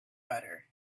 butter